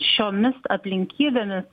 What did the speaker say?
šiomis aplinkybėmis